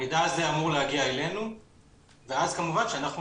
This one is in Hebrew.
המידע הזה אמור להגיע אלינו ואז כמובן שאנחנו